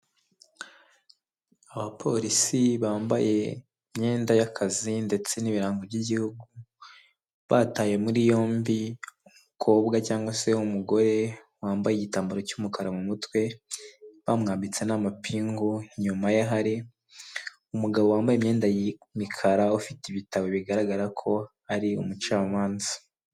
Abapolisi bambaye imyenda y'akazi ndetse n'ibirango by'igihugu, bataye muri yombi umukobwa cyangwa se umugore wambaye igitambaro cy'umukara mu mutwe, bamwambitse n'amapingu, inyuma ye hari umugabo wambaye imyenda y'imikara, ufite ibitabo bigaragara ko ari umucamanza.